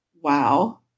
Wow